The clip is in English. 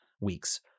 weeks